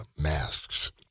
masks